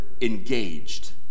engaged